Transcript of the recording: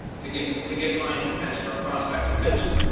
to get to get clients attention or prospects attention.